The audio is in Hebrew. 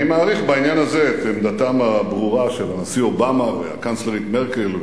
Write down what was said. אני מעריך בעניין זה את עמדתם הברורה של הנשיא אובמה והקנצלרית מרקל,